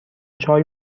چای